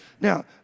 Now